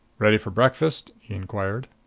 ready for breakfast? he inquired.